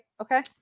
Okay